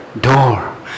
door